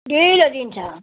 ढिलो दिन्छ